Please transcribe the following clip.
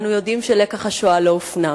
אנו יודעים שלקח השואה לא הופנם.